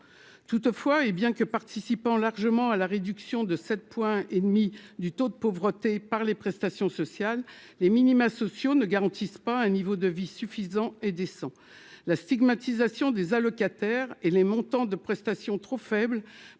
toutefois, hé bien que participant largement à la réduction de 7 virgule demi du taux de pauvreté par les prestations sociales, les minima sociaux ne garantissent pas un niveau de vie suffisant et descend la stigmatisation des allocataires et les montants de prestations trop faible